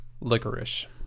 licorice